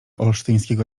olsztyńskiego